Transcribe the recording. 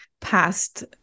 past